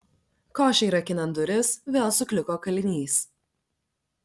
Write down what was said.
košei rakinant duris vėl sukliko kalinys